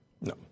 No